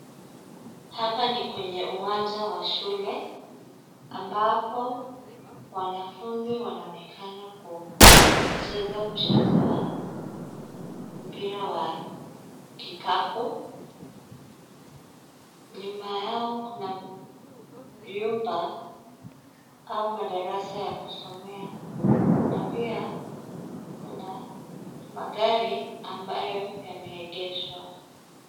Hapa ni kwenye uwanja wa shule, ambapo, wanafunzi wanaonekana ku, cheza mchezo wa, mpira wa, kikapu, nyuma yao kuna, nyumba, au madarasa ya kusomea, na pia, kuna, magari, ambayo yameegeshwa.